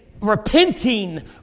repenting